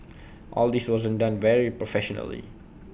all this wasn't done very professionally